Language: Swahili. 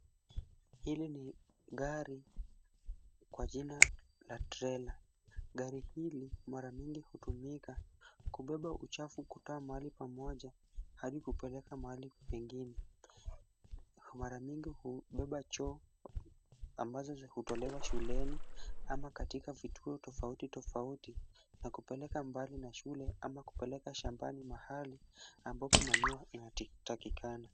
Hili ni gari kwa jina la trela. Gari hili mara mingi hutumika kubeba uchafu kutoa mahali pamoja hadi kupeleka mahali kwingine. Mara mingi hubeba choo ambazo hutolewa shuleni ama katika vituo tofauti tofauti na kupeleka mbali na shule ama kupeleka shambani mahali ambapo manure inatakikana.